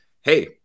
hey